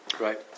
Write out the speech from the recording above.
Right